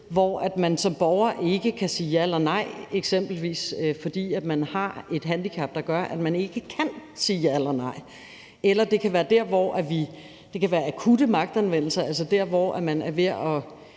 man som borger ikke kan sige ja eller nej til, eksempelvis fordi man har et handicap, der gør, at man ikke kan sige ja eller nej, eller det kan være der, hvor vi har akut magtanvendelse, altså der, hvor man er ved at